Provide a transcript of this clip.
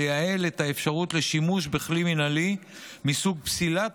לייעל את האפשרות לשימוש בכלי מינהלי מסוג פסילת